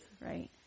right